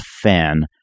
fan